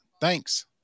Thanks